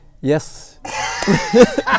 yes